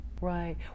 Right